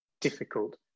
difficult